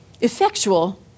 Effectual